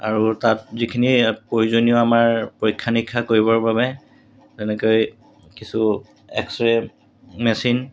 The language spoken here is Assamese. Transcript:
আৰু তাত যিখিনি প্ৰয়োজনীয় আমাৰ পৰীক্ষা নিৰীক্ষা কৰিবৰ বাবে তেনেকৈ কিছু এক্সৰে মেচিন